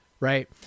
Right